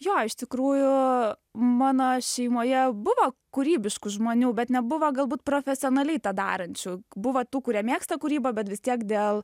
jo iš tikrųjų mano šeimoje buvo kūrybiškų žmonių bet nebuvo galbūt profesionaliai tą darančių buvo tų kurie mėgsta kūrybą bet vis tiek dėl